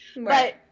but-